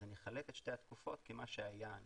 אז אני אחלק את שתי התקופות כי מה שהיה אני